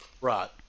Right